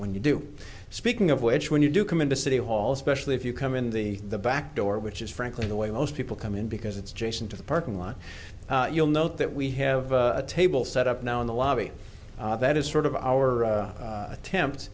when you do speaking of which when you do come into city hall especially if you come in the back door which is frankly the way most people come in because it's jason to the parking lot you'll note that we i have a table set up now in the lobby that is sort of our attempt